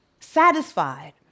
satisfied